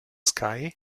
sky